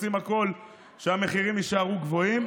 שעושים הכול שהמחירים יישארו גבוהים,